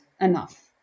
enough